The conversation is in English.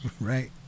Right